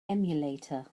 emulator